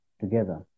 together